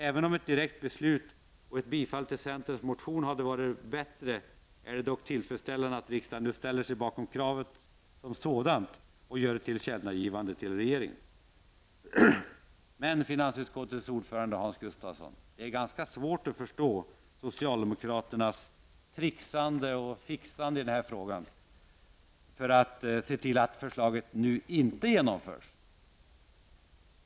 Även om ett direkt beslut och ett bifall till centerns motion hade varit bättre, är det dock tillfredsställande att riksdagen nu ställer sig bakom kravet som sådant och gör ett tillkännagivande till regeringen. Gustafsson, det är ganska svårt att förstå socialdemokraternas ''trixande och fixande'' i den här frågan för att se till att förslagen inte genomförs.